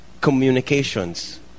communications